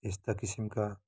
यस्ता किसिमका